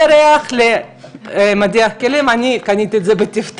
זה ריח למדיח כלים, אני קניתי את זה בטיב טעם,